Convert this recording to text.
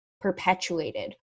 perpetuated